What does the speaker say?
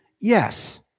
yes